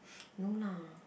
no lah